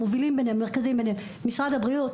מובילים ביניהם משרד הבריאות,